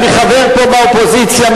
אני חבר פה באופוזיציה,